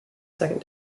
second